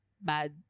bad